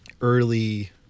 early